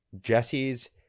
Jesse's